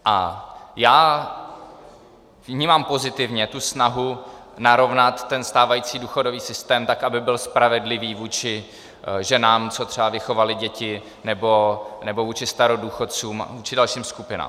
A já vnímám pozitivně snahu narovnat ten stávající důchodový systém tak, aby byl spravedlivý vůči ženám, co třeba vychovaly děti, nebo vůči starodůchodcům, vůči dalším skupinám.